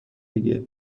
دیگه